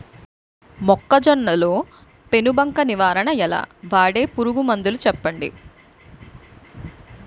మొక్కజొన్న లో పెను బంక నివారణ ఎలా? వాడే పురుగు మందులు చెప్పండి?